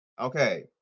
Okay